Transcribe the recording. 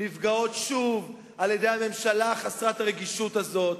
נפגעות שוב על-ידי הממשלה חסרת הרגישות הזאת,